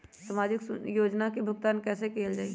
सामाजिक योजना से भुगतान कैसे कयल जाई?